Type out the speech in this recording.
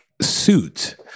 suit